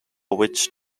which